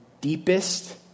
deepest